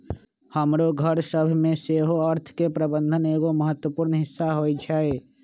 हमरो घर सभ में सेहो अर्थ के प्रबंधन एगो महत्वपूर्ण हिस्सा होइ छइ